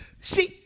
see